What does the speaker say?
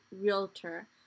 realtor